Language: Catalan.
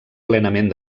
plenament